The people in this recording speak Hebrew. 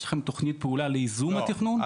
יש לכם תוכנית פעולה לייזום התכנון?